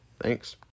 Thanks